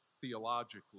theologically